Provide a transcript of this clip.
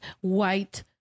white